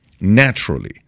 naturally